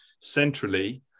centrally